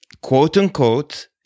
quote-unquote